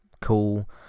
cool